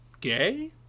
gay